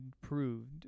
proved